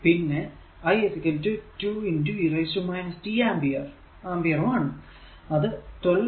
പിന്നെ i 2 e t ampere ഉം ആണ്